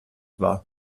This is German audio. war